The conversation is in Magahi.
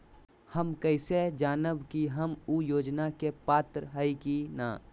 हम कैसे जानब की हम ऊ योजना के पात्र हई की न?